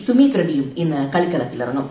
സുമീത് റെഡ്ഡിയും ഇന്ന് കളിക്കളത്തിലിറങ്ങും